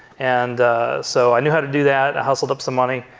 and so i knew how to do that. i hustled up some money.